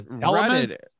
element